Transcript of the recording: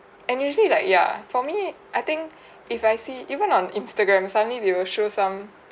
and usually like ya for me I think if I see even on instagram suddenly they will show some